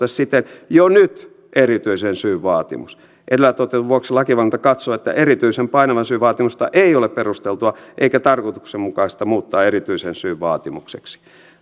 siten jo nyt erityisen syyn vaatimus edellä todetun vuoksi lakivaliokunta katsoo että erityisen painavan syyn vaatimusta ei ole perusteltua eikä tarkoituksenmukaista muuttaa erityisen syyn vaatimukseksi